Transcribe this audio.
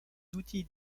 outils